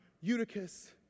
Eutychus